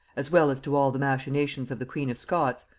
as well as to all the machinations of the queen of scots,